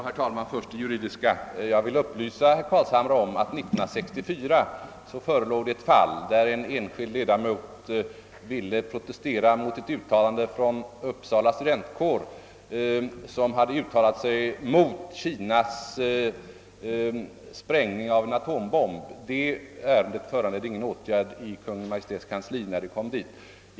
Herr talman! Först den juridiska frågan. Jag vill upplysa herr Carlshamre om att 1964 förelåg ett fall där en enskild ledamot protesterade mot ett uttalande av Uppsala studentkår mot Kinas sprängning av en atombomb. Det ärendet föranledde ingen åtgärd av Kungl. Maj:ts kansli när det kom dit.